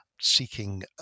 seeking